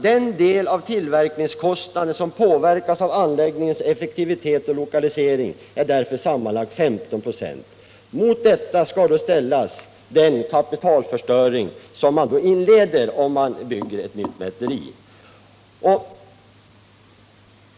Den del av tillverkningskostnaden som påverkas av anläggningens effektivitet och lokalisering är därför sammanlagt 15 96. Mot detta skall då ställas den kapitalförstöring som man inleder om man bygger ett nytt mälteri.